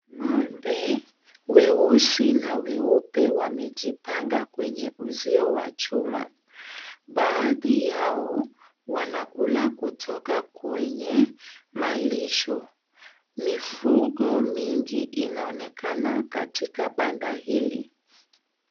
Ng'ombe weusi na weupe wamejipanga kwenye uzio wa chuma. Baadhi yao wanakula kutoka kwenye malisho. Mifugo mingi inaonekana katika banda hili.